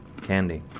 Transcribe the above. candy